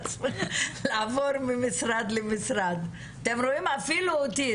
חברת הכנסת יסמין, ברוכה הבאה.